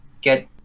get